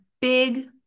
big